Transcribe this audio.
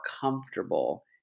comfortable